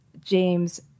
James